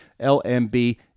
lmb